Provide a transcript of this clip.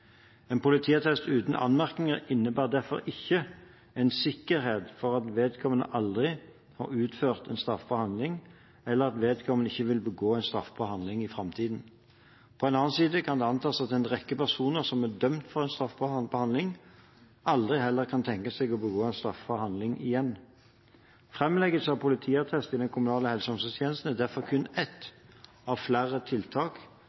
En politiattest uten anmerkninger innebærer derfor ikke en sikkerhet for at vedkommende aldri har utført en straffbar handling, eller at vedkommende ikke vil begå en straffbar handling i framtiden. På den annen side kan det antas at en rekke personer som er dømt for en straffbar handling, aldri kan tenke seg å begå en straffbar handling igjen. Framleggelse av politiattest i den kommunale helse- og omsorgstjenesten er derfor kun ett av flere tiltak